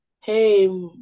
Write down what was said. hey